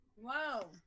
Whoa